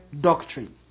doctrine